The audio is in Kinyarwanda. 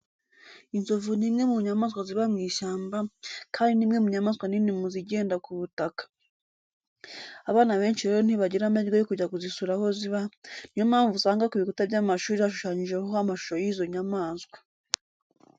Inzovu ni imwe mu nyamaswa ziba mu mashyamba, kandi ni imwe mu nyamaswa nini mu zigenda ku butaka. Abana besnhi rero ntibagira amahirwe yo kujya kuzisura aho ziba, ni yo mpamvu usanga ku bikuta by'amashuri hashushanijeho amashusho y'izo nyamaswa.